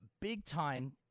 big-time